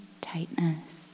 tightness